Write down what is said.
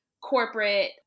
corporate